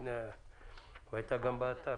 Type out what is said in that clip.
עו"ד בראונר,